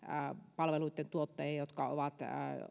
palveluittentuottajia jotka ovat